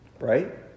right